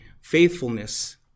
faithfulness